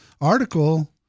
article